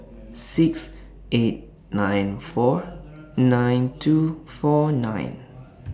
six eight nine four nine two four nine